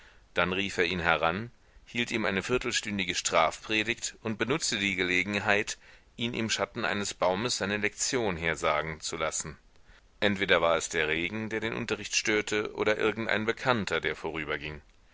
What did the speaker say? dann rief er ihn heran hielt ihm eine viertelstündige strafpredigt und benutzte die gelegenheit ihn im schatten eines baumes seine lektion hersagen zu lassen entweder war es der regen der den unterricht störte oder irgendein bekannter der vorüberging